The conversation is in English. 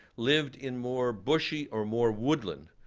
lived in more bushy or more woodland,